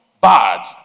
bad